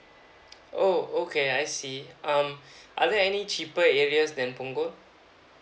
oh okay I see um are there any cheaper areas then punggol